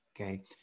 Okay